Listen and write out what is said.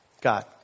God